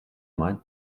маань